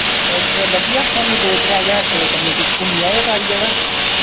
इक लब्भी जाह्ग थोआनू दो त्रै ज्हार रपेऽ कन्नै तुस घूमी आएओ सारी जगह्